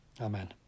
Amen